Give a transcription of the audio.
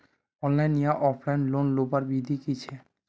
Online या offline loan लुबार विधि की छे?